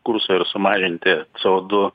kurso ir sumažinti co du